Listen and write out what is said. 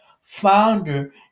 founder